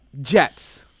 Jets